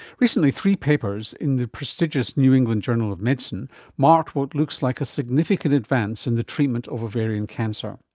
recently three papers in the prestigious new england journal of medicine marked what looks like a significant advance in the treatment of ovarian cancer.